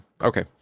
Okay